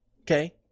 okay